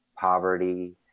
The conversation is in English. poverty